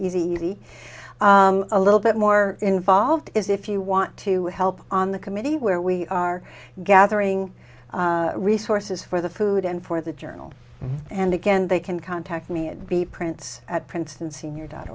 easy easy a little bit more involved is if you want to help on the committee where we are gathering resources for the food and for the journal and again they can contact me and be prints at princeton sr dot